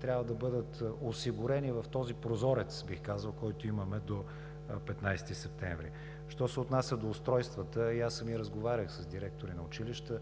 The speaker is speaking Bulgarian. трябва да бъдат осигурени в този прозорец, бих казал, който имаме до 15 септември. Що се отнася до устройствата – аз самия разговарях с директори на училища.